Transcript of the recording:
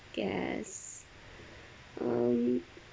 guess um